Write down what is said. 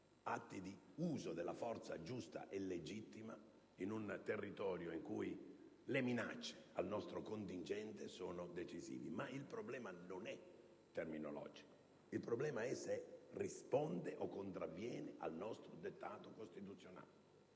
atti di uso della forza giusta e legittima in un territorio in cui le minacce al nostro contingente sono decisive. La questione tuttavia non è terminologica, ma è se la missione risponde o contravviene al nostro dettato costituzionale.